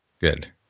Good